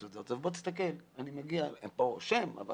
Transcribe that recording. הוא הראה לו את התג, את השם שרשום על התג ואמר